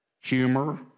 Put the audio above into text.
humor